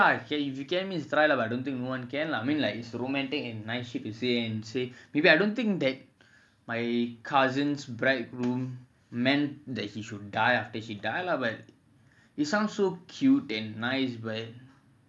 I bring down the moon to you try lah if you can it's dry lah but I don't think you one can lah I mean like it's the romantic and nine shape you say and say maybe I don't think that my cousin's bridegroom meant that he should die after she dialogue but it sounds so cool and nice when